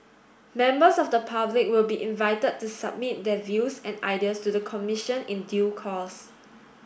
members of the public will be invited to submit their views and ideas to the Commission in due course